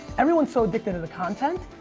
everyone's so addicted to the content,